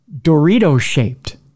Dorito-shaped